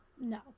No